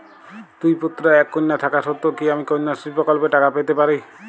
দুই পুত্র এক কন্যা থাকা সত্ত্বেও কি আমি কন্যাশ্রী প্রকল্পে টাকা পেতে পারি?